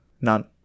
None